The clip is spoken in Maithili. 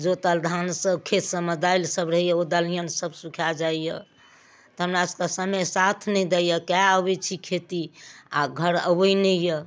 जोतल धान सभ खेत सभमे दालि सभमे रहै यऽ ओ दलिहन सभ सुखै जाइ यऽ तऽ हमरा सभकऽ समय साथ नहि दै यऽ कऽ अबै छी खेती आ घर अबै नहि यऽ